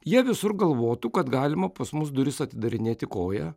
jie visur galvotų kad galima pas mus duris atidarinėti koja